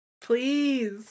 Please